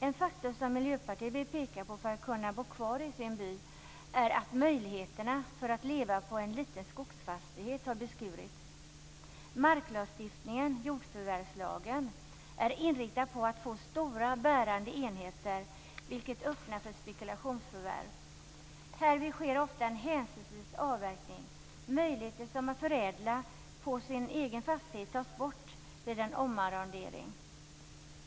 En faktor som Miljöpartiet vill peka på som viktig för att människor skall kunna bo kvar i sin by är möjligheterna att leva på en liten skogsfastighet. De möjligheterna har beskurits. Marklagstiftningen, jordförvärvslagen, är inriktad på att få stora bärande enheter vilket öppnar för spekulationsförvärv. Härvid sker ofta en hänsynslös avverkning. Möjligheterna att förädla på sin egen fastighet tas bort vid en omarrondering.